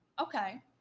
okay